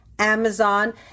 Amazon